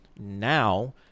Now